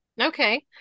Okay